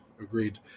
Agreed